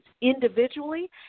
individually